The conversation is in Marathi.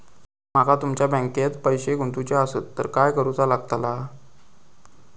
माका तुमच्या बँकेत पैसे गुंतवूचे आसत तर काय कारुचा लगतला?